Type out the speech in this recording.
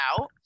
out